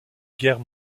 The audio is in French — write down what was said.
guerre